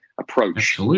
approach